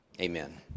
Amen